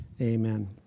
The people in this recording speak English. amen